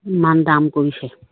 ইমান দাম কৰিছে